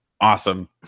awesome